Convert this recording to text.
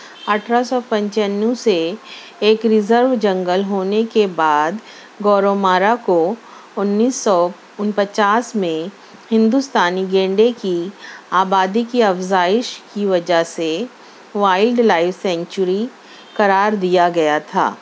اٹھارہ سو پنچانوے سے ایک ریزرو جنگل ہونے کے بعد گورومارا کو انیس سو انچاس میں ہندوستانی گینڈے کی آبادی کی افزائش کی وجہ سے وائلڈ لائف سینکچری قرار دیا گیا تھا